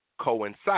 coincide